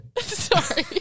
sorry